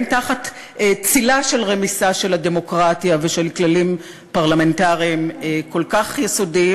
תחת צלה של רמיסה של הדמוקרטיה ושל כללים פרלמנטריים כל כך יסודיים,